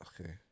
Okay